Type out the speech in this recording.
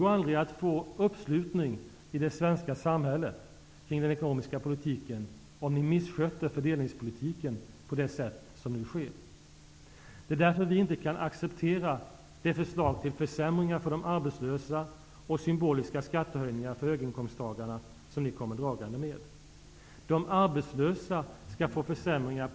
Men för att säkerställa att vi snabbt kommer ur den nedåtgående spiralen vill vi också sätta in stimulanser på två andra områden, nämligen för en tidigareläggning av investeringar i näringslivet och för att tidigarelägga ersättningsrekrytering och nyanställningar.